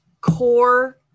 core